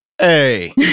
Hey